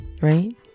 Right